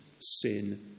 sin